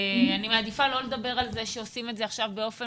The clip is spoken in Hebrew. אני מעדיפה לא לדבר על זה שעושים את זה עכשיו באופן